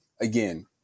again